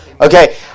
Okay